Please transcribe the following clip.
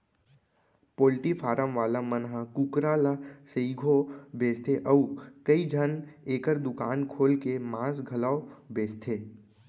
poultry farm वाला मन ह कुकरा ल सइघो बेचथें अउ कइझन एकर दुकान खोल के मांस घलौ बेचथें